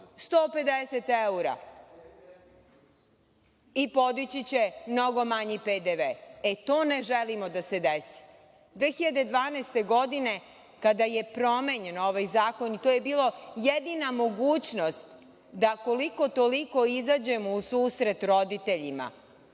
150 evra i podići će mnogo manji PDV. To ne želimo da se desi. Godine 2012, kada je promenjen ovaj zakon, i to je bila jedina mogućnost da koliko toliko izađemo u susret roditeljima,